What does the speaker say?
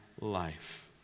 life